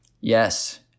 Yes